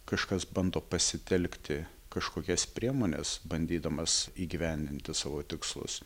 kažkas bando pasitelkti kažkokias priemones bandydamas įgyvendinti savo tikslus